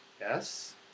Yes